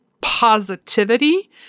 positivity